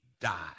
die